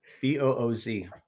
B-O-O-Z